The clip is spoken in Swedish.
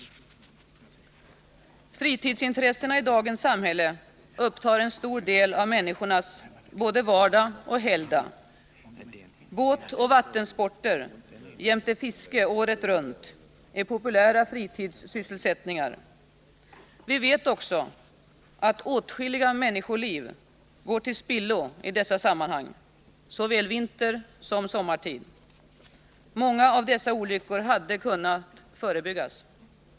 Fritidsintressena i dagens samhälle upptar en stor del av människornas både vardag och helgdag. Utövandet av båtoch vattensporter jämte fiske året runt är populära fritidssysselsättningar. Vi vet också att åtskilliga människoliv går till spillo i dessa sammanhang, såväl vintersom sommartid. Många av dessa olyckor hade kunnat förebyggas.